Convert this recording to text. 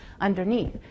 underneath